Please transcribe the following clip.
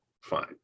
fine